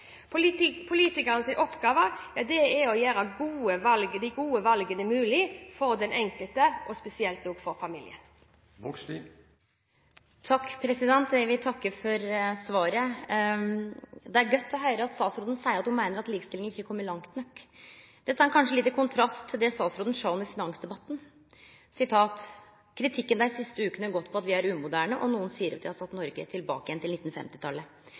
oppgave er å gjøre de gode valgene mulig for den enkelte, og spesielt for familien. Eg vil takke for svaret. Det er godt å høyre statsråden seie at ho meiner at likestillinga ikkje har kome langt nok. Det står kanskje litt i kontrast til det statsråden sa under finansdebatten: «Kritikken de siste ukene har gått på at vi er umoderne, og noen sier at vi har satt Norge tilbake igjen til